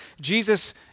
Jesus